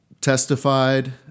testified